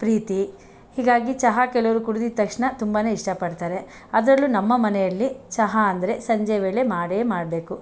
ಪ್ರೀತಿ ಹೀಗಾಗಿ ಚಹಾ ಕೆಲವರು ಕುಡಿದಿದ್ ತಕ್ಷಣ ತುಂಬಾ ಇಷ್ಟಪಡ್ತಾರೆ ಅದರಲ್ಲೂ ನಮ್ಮ ಮನೆಯಲ್ಲಿ ಚಹಾ ಅಂದರೆ ಸಂಜೆ ವೇಳೆ ಮಾಡೇ ಮಾಡಬೇಕು